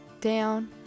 down